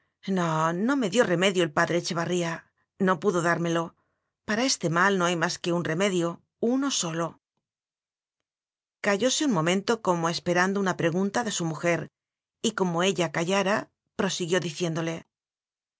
no no me dio remedio el padre echevarría no pudo dármelo para este mal no hay más que un remedio uno sólo callóse un momento como esperando una pregunta de su mujer y como ella callara prosiguió diciéndole